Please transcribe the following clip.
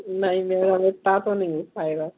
नहीं इतना तो नहीं हो पाएगा